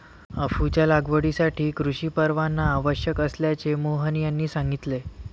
अफूच्या लागवडीसाठी कृषी परवाना आवश्यक असल्याचे मोहन यांनी सांगितले